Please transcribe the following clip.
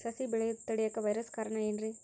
ಸಸಿ ಬೆಳೆಯುದ ತಡಿಯಾಕ ವೈರಸ್ ಕಾರಣ ಏನ್ರಿ?